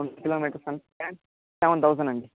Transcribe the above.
seven kilometres అంటే seven thousand అండి